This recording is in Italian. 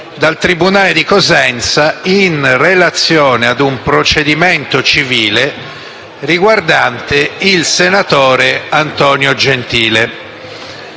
dal tribunale di Cosenza in relazione a un procedimento civile riguardante il senatore Antonio Gentile.